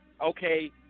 Okay